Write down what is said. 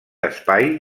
espai